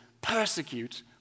persecute